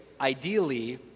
Ideally